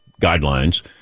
guidelines